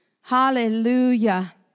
Hallelujah